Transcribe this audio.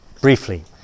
Briefly